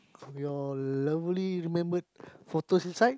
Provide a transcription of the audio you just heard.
your lovely remembered photos inside